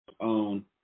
own